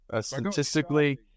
Statistically